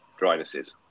drynesses